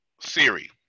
Siri